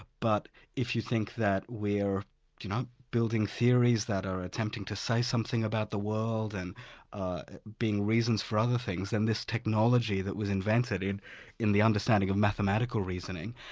but if you think that we're you know building theories that are attempting to say something about the world and being reasons for other things, then this technology that was invented in in the understanding of mathematical reasoning,